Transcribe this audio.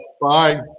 Bye